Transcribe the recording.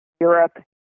Europe